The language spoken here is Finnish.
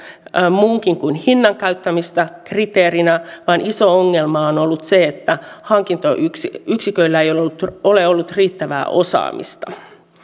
muunkin kuin hinnan käyttämistä kriteerinä vaan iso ongelma on on ollut se että hankintayksiköillä ei ole ollut ole ollut riittävää osaamista